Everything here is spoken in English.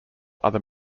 other